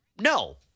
No